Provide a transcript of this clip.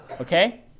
Okay